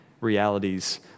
realities